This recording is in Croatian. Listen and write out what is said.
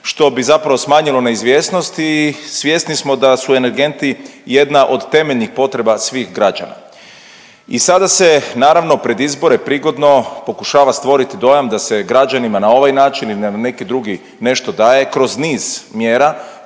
što bi zapravo smanjilo neizvjesnost i svjesni smo da su energenti jedna od temeljnih potreba svih građana. I sada se naravno pred izbore prigodno pokušava stvorit dojam da se građanima na ovaj način ili na neki drugi nešto daje kroz niz mjera